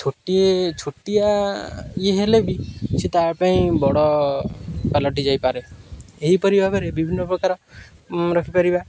ଛୋଟିଏ ଛୋଟିଆ ଇଏ ହେଲେ ବି ସେ ତା ପାଇଁ ବଡ଼ ପାଲଟି ଯାଇପାରେ ଏହିପରି ଭାବରେ ବିଭିନ୍ନ ପ୍ରକାର ରଖିପାରିବା